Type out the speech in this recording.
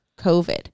COVID